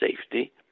safety